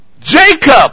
Jacob